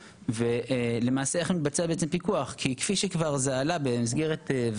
כי כפי שזה עלה במסגרת ועדה קודמת בנושא הזה בעבר,